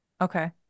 Okay